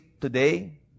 today